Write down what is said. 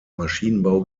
maschinenbau